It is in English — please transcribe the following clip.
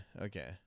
Okay